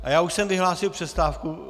Ale já už jsem vyhlásil přestávku.